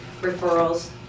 referrals